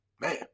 man